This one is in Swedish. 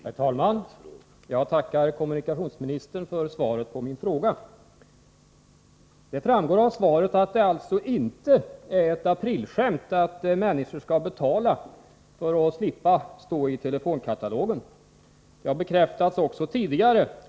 Herr talman! Jag tackar kommunikationsministern för svaret på min fråga. Det framgår av svaret att det inte är ett aprilskämt att människor skall betala för att slippa stå i telefonkatalogen. Det har bekräftats även tidigare.